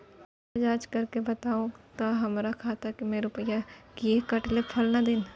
ज जॉंच कअ के बताबू त हमर खाता से रुपिया किये कटले फलना दिन?